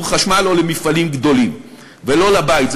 חשמל או למפעלים גדולים ולא לבית,